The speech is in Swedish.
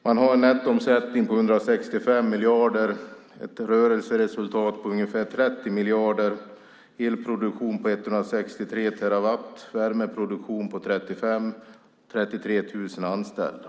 Man har en nettoomsättning på 165 miljarder, ett rörelseresultat på ungefär 30 miljarder, en elproduktion på 163 terawatt, en värmeproduktion på 35 terawatt och 33 000 anställda.